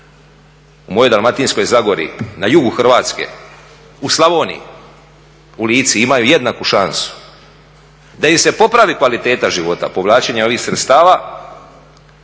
u mojoj dalmatinskoj zagori na jugu Hrvatske, u Slavoniji, u Lici imaju jednaku šansu da im se popravi kvaliteta života, povlačenje ovih sredstava,